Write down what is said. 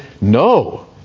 No